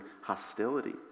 hostility